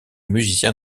musiciens